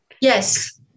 Yes